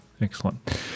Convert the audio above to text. excellent